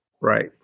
right